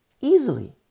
easily